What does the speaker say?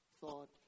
thought